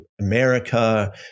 America